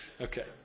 Okay